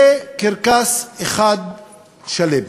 זה קרקס אחד שלם,